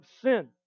sin